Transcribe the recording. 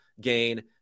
gain